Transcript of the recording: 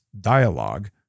dialogue